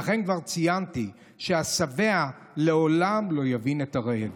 ואכן כבר ציינתי שהשבע לעולם לא יבין את הרעב.